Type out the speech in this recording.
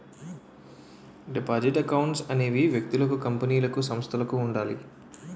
deposit accounts అనేవి వ్యక్తులకు కంపెనీలకు సంస్థలకు ఉండాలి